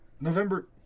November